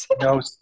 No